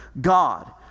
God